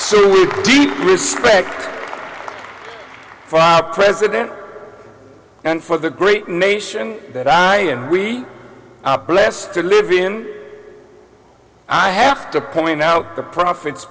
so we deep respect for our president and for the great nation that i am we blessed to live in i have to point out the pro